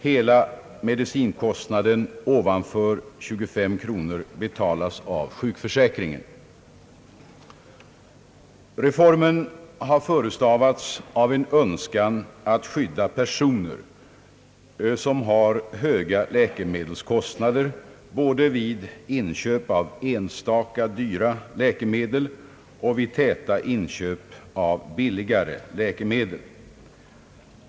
Hela medicinkostnaden ovanför 25 kronor betalas av sjukförsäkringen. Reformen har förestavats av en önskan att skydda personer som har höga läkemedelskostnader både vid inköp av enstaka dyra läkemedel och vid täta inköp av billigare läkemedel.